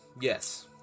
Yes